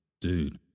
Dude